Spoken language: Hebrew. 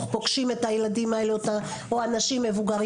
פוגשים את הילדים האלה או אנשים מבוגרים,